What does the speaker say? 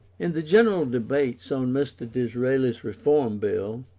in the general debates on mr. disraeli's reform bill,